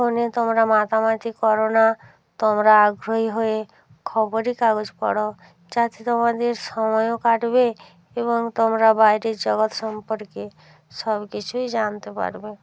ফোনে তোমরা মাতামাতি করো না তোমরা আগ্রহী হয়ে খবরে কাগজ পড়ো যাতে তোমাদের সময়ও কাটবে এবং তোমরা বাইরের জগৎ সম্পর্কে সব কিছুই জানতে পারবে